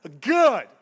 Good